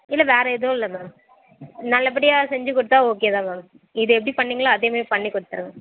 இல்லை வேறு எதுவுமில்ல மேம் நல்லபடியாக செஞ்சு கொடுத்தா ஓகே தான் மேம் இது எப்படி பண்ணீங்களோ அதேமாதிரி பண்ணிக் கொடுத்துருங்க